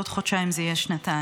עוד חודשיים זה יהיה שנתיים,